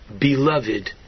beloved